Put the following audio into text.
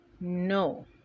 no